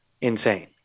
Insane